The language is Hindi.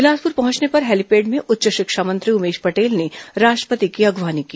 बिलासपुर पहुंचने पर हेलीपेड में उच्च शिक्षा मंत्री उमेश पटेल ने राष्ट्रपति की अगुवानी की